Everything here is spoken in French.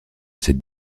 cette